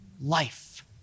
life